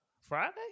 Friday